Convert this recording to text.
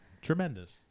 tremendous